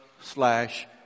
slash